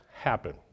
happen